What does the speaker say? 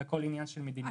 זה תלוי במדיניות ממשלתית.